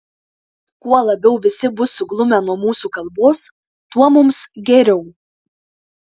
kuo labiau visi bus suglumę nuo mūsų kalbos tuo mums geriau